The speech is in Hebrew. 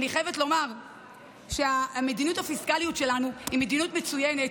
אני חייבת לומר שהמדיניות הפיסקלית שלנו היא מדיניות מצוינת,